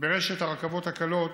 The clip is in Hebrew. ברשת הרכבות הקלות